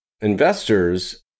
investors